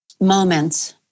moments